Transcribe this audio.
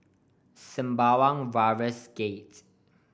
Sembawang Wharves Gate